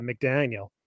McDaniel